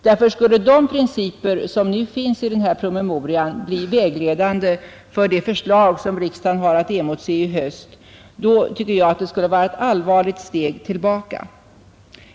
Skulle nämligen de principer som nu finns i denna promemoria bli vägledande för de förslag som riksdagen har att emotse i höst, tycker jag att det skulle vara ett allvarligt steg tillbaka.